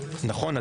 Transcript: נכון,